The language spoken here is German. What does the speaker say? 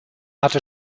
hatte